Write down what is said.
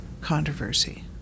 controversy